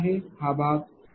हा भाग Ixl sin आहे